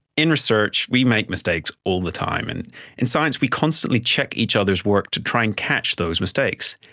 in research we make mistakes all the time, and in science we constantly check each other's work to try and catch those mistakes.